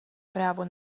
právo